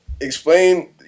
explain